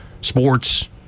sports